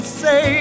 say